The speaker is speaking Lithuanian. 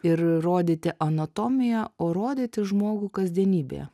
ir rodyti anatomiją o rodyti žmogų kasdienybėje